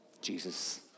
Jesus